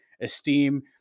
esteem